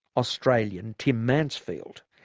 australian tim mansfield.